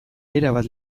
erabat